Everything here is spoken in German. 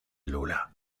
lola